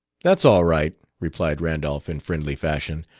that's all right, replied randolph, in friendly fashion.